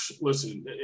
listen